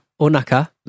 Onaka